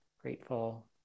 grateful